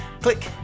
Click